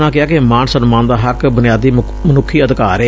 ਉਨ੍ਹਾਂ ਕਿਹਾ ਕਿ ਮਾਣ ਸਨਮਾਨ ਦਾ ਹੱਕ ਬੁਨਿਆਦੀ ਮਨੁੱਖੀ ਅਧਿਕਾਰ ਏ